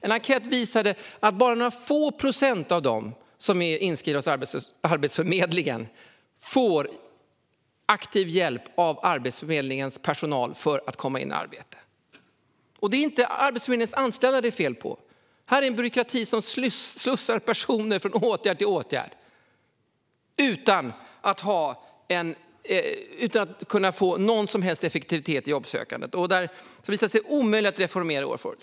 En enkät visade att bara några få procent av dem som är inskrivna hos Arbetsförmedlingen får aktiv hjälp av Arbetsförmedlingens personal för att komma in i arbete. Det är inte Arbetsförmedlingens anställda det är fel på. Det här är en byråkrati som slussar personer från åtgärd till åtgärd utan att få någon som helst effektivitet i jobbsökandet och som har visat sig omöjlig att reformera.